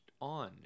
on